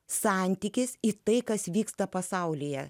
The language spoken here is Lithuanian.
santykis į tai kas vyksta pasaulyje